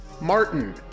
Martin